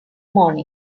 morning